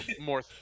more